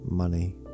money